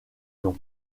nom